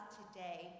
today